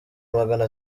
magana